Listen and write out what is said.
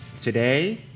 Today